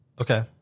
Okay